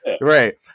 Right